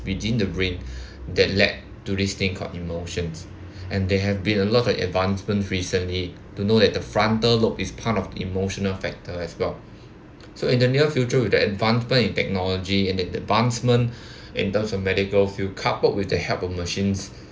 within the brain that led to this thing called emotions and there have been a lot of advancements recently to know that the frontal lobe is part of emotional factor as well so in the near future with the advancement in technology and the advancement in terms of medical field coupled with the help of machines